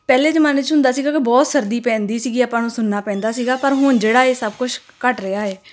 ਪਹਿਲੇ ਜ਼ਮਾਨੇ 'ਚ ਹੁੰਦਾ ਸੀਗਾ ਕਿ ਬਹੁਤ ਸਰਦੀ ਪੈਂਦੀ ਸੀਗੀ ਆਪਾਂ ਨੂੰ ਸੁੰਨ ਪੈਂਦਾ ਸੀਗਾ ਪਰ ਹੁਣ ਜਿਹੜਾ ਇਹ ਸਭ ਕੁਝ ਘਟ ਰਿਹਾ ਹੈ